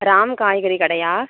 ராம் காய்கறி கடையா